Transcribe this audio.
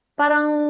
parang